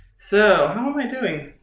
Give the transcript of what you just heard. so how am i doing?